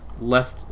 left